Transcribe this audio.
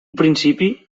principi